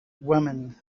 woman